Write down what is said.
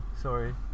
sorry